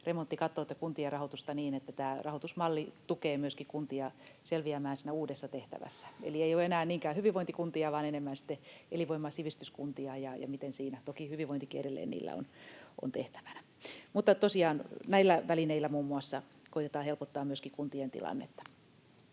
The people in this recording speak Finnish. remontti ja katsoa tätä kuntien rahoitusta niin, että tämä rahoitusmalli tukee myöskin kuntia selviämään siinä uudessa tehtävässä. Eli ei ole enää niinkään hyvinvointikuntia vaan enemmän sitten elinvoima- ja sivistyskuntia — toki hyvinvointikin edelleen niillä on tehtävänä. Mutta tosiaan muun muassa näillä välineillä koetetaan helpottaa myöskin kuntien tilannetta.